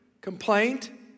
complaint